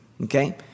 Okay